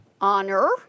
honor